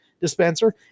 dispenser